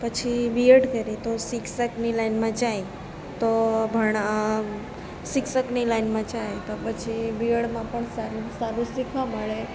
પછી બીએડ કરે તો શિક્ષકની લાઇનમાં જાય તો ભણા શિક્ષકની લાઈનમાં જાય તો પછી બીએડમાં પણ સારું સારું શીખવા મળે